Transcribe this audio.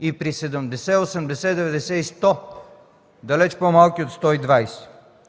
и при 70, 80, 90 и 100, далеч по-малки от 120.